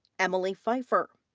emilee pfeifer.